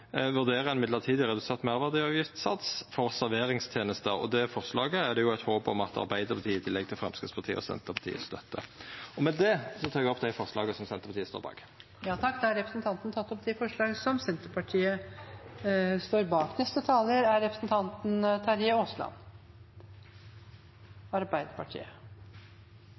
ein midlertidig redusert meirverdiavgiftssats for serveringstenester. Det forslaget er det eit håp om at Arbeidarpartiet støttar, i tillegg til Framstegspartiet og Senterpartiet. Med det tek eg opp dei forslaga som Senterpartiet står bak. Da har representanten Geir Pollestad tatt opp